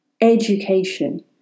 education